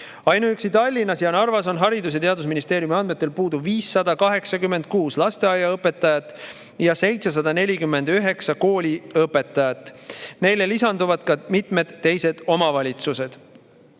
Ainuüksi Tallinnas ja Narvas on Haridus- ja Teadusministeeriumi andmetel puudu 586 lasteaiaõpetajat ja 749 kooliõpetajat. Neile lisanduvad mitmed teised omavalitsused.